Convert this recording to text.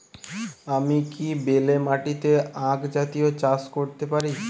আমি কি বেলে মাটিতে আক জাতীয় চাষ করতে পারি?